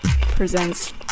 presents